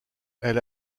elle